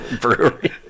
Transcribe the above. brewery